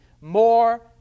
more